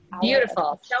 Beautiful